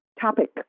topic